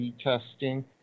testing